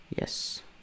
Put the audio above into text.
yes